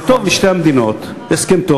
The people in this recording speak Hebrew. זה טוב לשתי המדינות, הסכם טוב.